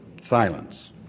Silence